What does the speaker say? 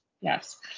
Yes